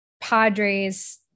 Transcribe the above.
padres